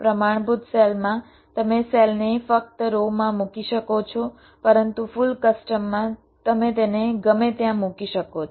પ્રમાણભૂત સેલમાં તમે સેલને ફક્ત રો માં મૂકી શકો છો પરંતુ ફુલ કસ્ટમમાં તમે તેને ગમે ત્યાં મૂકી શકો છો